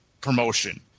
promotion